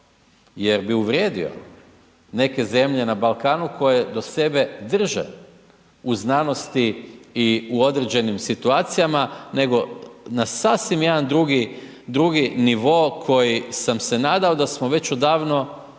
jer bi uvrijedio neke zemlje na Balkanu koje do sebe drže u znanosti i u određenim situacijama, nego na sasvim jedan drugi, drugi nivo koji sam se nadao da smo već odavno prošli,